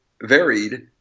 varied